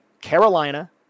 Carolina